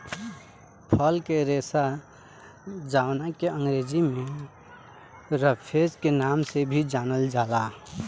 फल के रेशा जावना के अंग्रेजी में रफेज के नाम से भी जानल जाला